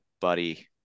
buddy